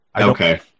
Okay